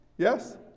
Yes